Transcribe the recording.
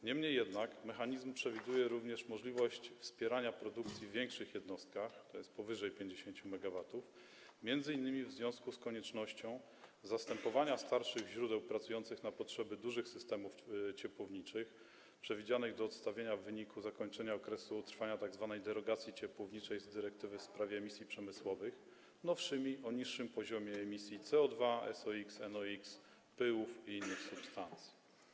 Niemniej jednak mechanizm przewiduje również możliwość wspierania produkcji w większych jednostkach, tj. powyżej 50 MW, m.in. w związku z koniecznością zastępowania starszych źródeł, pracujących na potrzeby dużych systemów ciepłowniczych przewidzianych do odstawienia w wyniku zakończenia okresu trwania tzw. derogacji ciepłowniczej z dyrektywy w sprawie emisji przemysłowych, nowszymi, o niższym poziomie emisji CO2, SOx, NOx, pyłów i innych substancji.